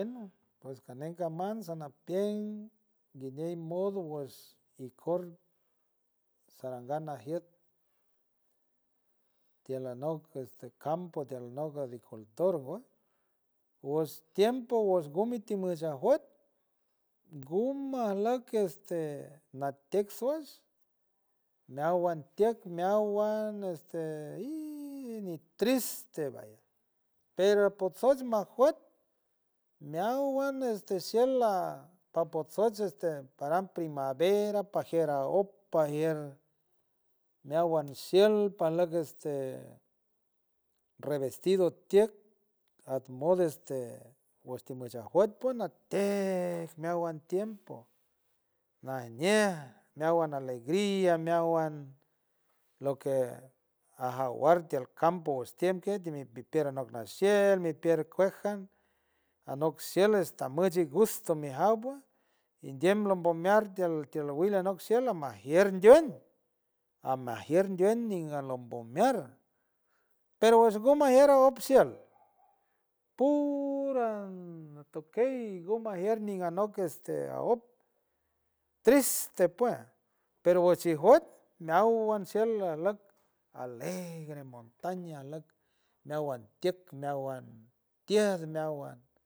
Pues canei caman sanapien guiney modo ikor sarangan najiet tiel anok este campo tiel anok agricultor guej wesh tiempo wesh gumi timosh ajuet guma ajlock este natiek suesh meawan tiek meawan este y ñi triste vaya pero apotsoj majuet meawan este shiel papotshoj este paran primavera pajier a op pajier meawan shiel pajlock este revestido tieck aj mod este wesh timosha juet pues natieck meawan tiempo najñe meawan alegrai meawan lo que ajawuar tiel campo wesh tiem kej timi pipier anok nashield mi piwer kuej an anok shiel esta muchi y gusto mijaw pue indiem lombombiar tiel tiel wil anok shiel amajier ndien amajier ndien ninga alombo miar pero wesh ngumajier op shiel puur aj an tokey gumajier ñi anok a op triste puej pero nguchij juet meawan shiel ajlock alegre montaña ajleck meawan tieck meawan tiej meawan.